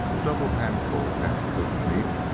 a double handful of half-cooked meat,